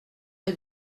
est